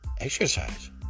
exercise